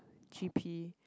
g_p